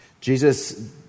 Jesus